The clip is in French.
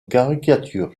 caricature